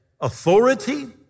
authority